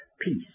peace